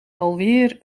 alweer